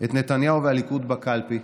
את נתניהו והליכוד בקלפי,